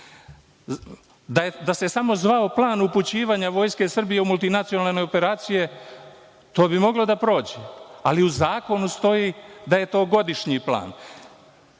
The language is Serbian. Da se samo zvao plan upućivanja Vojske Srbije u multinacionalne operacije, to bi moglo da prođe, ali u zakonu stoji da je to godišnji plan.